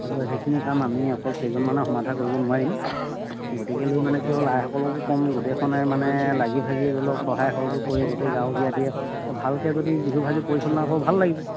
কি হয় সেইখিনি কাম আমি অকল কেইজনমানে সমাধান কৰিব নোৱাৰিম গতিকেলৈ মানে কি হ'ল আইসকলকো ক'ম গোটেইখনে মানে লাগি ভাগি ধৰি লওক সহায় সহযোগ কৰি গোটেই গাঁৱৰ জ্ঞাতিয়ে ভালকৈ যদি বিহুভাগি পৰিচালনা কৰোঁ ভাল লাগিব